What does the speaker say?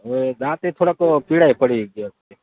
હવે દાંતે થોડાક પીળા ય પડી ગયા છે